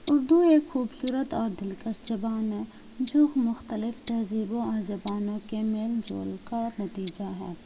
اردو ایک خوبصورت اور دلکش زبان ہے جو مختلف تہذیبوں اور زبانوں کے میل جول کا نتیجہ ہے